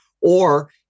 Or-